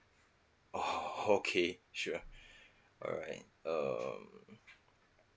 oh okay sure alright um